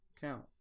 Count